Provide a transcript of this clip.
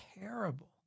terrible